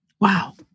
Wow